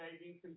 saving